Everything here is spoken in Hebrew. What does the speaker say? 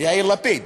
יאיר לפיד.